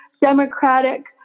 Democratic